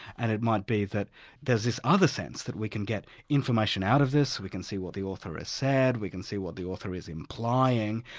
and it might be that there's this other sense that we can get information out of this, we can see what the author has said, we can see what the author is implying,